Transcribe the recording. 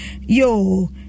yo